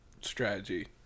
strategy